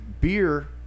beer